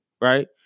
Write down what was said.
Right